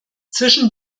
zwischen